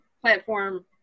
platform